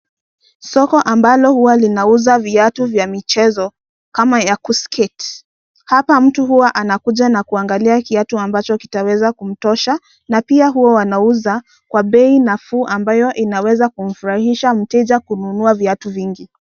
Soko ambalo huwa linauza viatu vya michezo, kama ya ku skate hapa mtu huwa anakuja na kuangalia kiatu ambacho kitaweza kumtosha, na pia huwa wanauza, bei nafuu ambayo inaweza kumfurahisha mteja kununua viatu vingi.